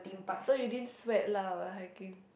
so you didn't sweat lah while hiking